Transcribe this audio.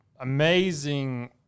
amazing